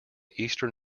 eastern